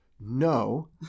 no